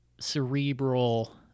cerebral